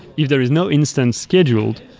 if there is no instance scheduled,